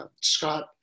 Scott